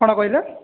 କ'ଣ କହିଲେ